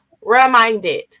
Reminded